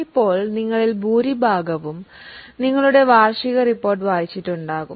ഇപ്പോൾ നിങ്ങളിൽ ഭൂരിഭാഗവും നിങ്ങളുടെ വാർഷിക റിപ്പോർട്ട് വായിച്ചിരിക്കും